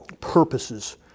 purposes